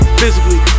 physically